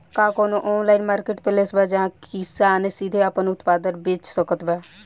का कउनों online marketplace बा जहां किसान सीधे आपन उत्पाद बेच सकत बा?